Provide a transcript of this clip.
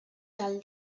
del